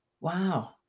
Wow